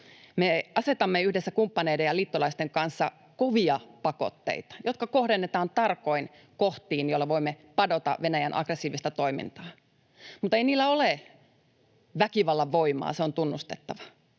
Me asetamme yhdessä kumppaneiden ja liittolaisten kanssa kovia pakotteita, jotka kohdennetaan tarkoin kohtiin, joilla voimme padota Venäjän aggressiivista toimintaa. Mutta ei niillä ole väkivallan voimaa, se on tunnustettava.